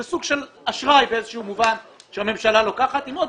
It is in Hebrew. סוג של אשראי באיזשהו מובן שהממשלה לוקחת עם עוד